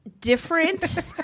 Different